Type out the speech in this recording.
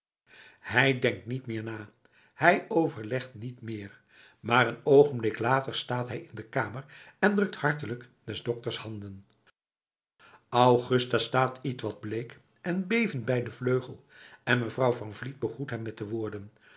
hij denkt niet meer na hij overlegt niet meer maar een oogenblik later staat hij in de kamer en drukt hartelijk des dokters handen augusta staat ietwat bleek en bevend bij den vleugel en mevrouw van vliet begroet hem met de woorden